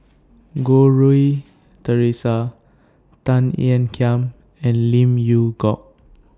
Goh Rui Theresa Tan Ean Kiam and Lim Yew Hock